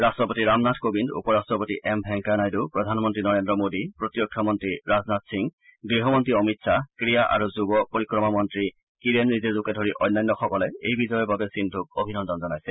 ৰাট্টপতি ৰামনাথ কোবিন্দ উপ ৰাট্টপতি এম ভেংকায়া নাইডু প্ৰধানমন্নী নৰেড্ৰ মোদী প্ৰতিৰক্ষা মন্ত্ৰী ৰাজনাথ সিং গৃহমন্ত্ৰী অমিত শ্বাহ ক্ৰীড়া আৰু যুব পৰিক্ৰমা মন্ত্ৰী কীৰেন ৰিজিজুকে ধৰি অন্যান্যসকলে এই বিজয়ৰ বাবে সিন্ধুক অভিনন্দন জনাইছে